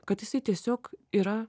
kad jisai tiesiog yra